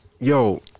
Yo